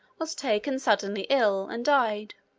was taken suddenly ill and died.